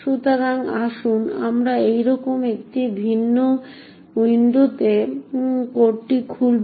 সুতরাং আসুন আমরা এইরকম একটি ভিন্ন উইন্ডোতে কোডটি খুলব